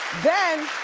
then,